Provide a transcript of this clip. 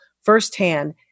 firsthand